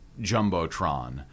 jumbotron